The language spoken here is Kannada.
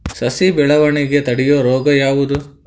ಸಸಿ ಬೆಳವಣಿಗೆ ತಡೆಯೋ ರೋಗ ಯಾವುದು?